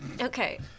Okay